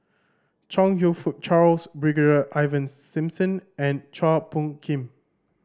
Chong You Fook Charles Brigadier Ivan Simson and Chua Phung Kim